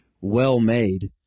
well-made